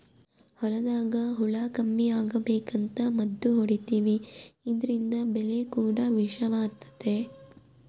ಹೊಲದಾಗ ಹುಳ ಕಮ್ಮಿ ಅಗಬೇಕಂತ ಮದ್ದು ಹೊಡಿತಿವಿ ಇದ್ರಿಂದ ಬೆಳೆ ಕೂಡ ವಿಷವಾತತೆ